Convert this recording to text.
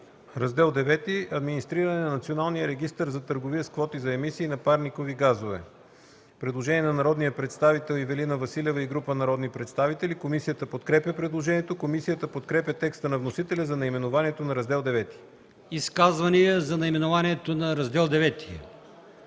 Раздел ІХ – „Администриране на националния регистър за търговия с квоти за емисии на парникови газове”. Предложение на народния представител Ивелина Василева и група народни представители. Комисията подкрепя предложението. Комисията подкрепя текста на вносителя за наименованието на Раздел IX. ПРЕДСЕДАТЕЛ АЛИОСМАН ИМАМОВ: Изказвания за наименованието на Раздел